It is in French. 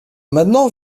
maintenant